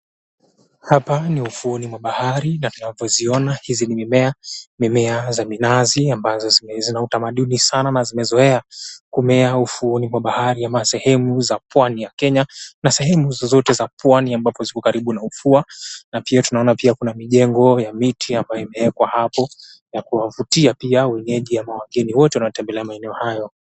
Hapa ni ufuoni mwa bahari na tunapoziona hizi ni mimea, mimea za minazi ambazo zina utamaduni sana na zimezoea kumea ufuoni mwa bahari ama sehemu za Pwani ya Kenya na sehemu zozote za Pwani ambapo ziko karibu na ufuo. Na pia tunaona pia kuna mijengo ya miti ambayo imewekwa hapo ya kuwavutia pia wenyeji ama wageni wote wanaotembelea maeneo hayo.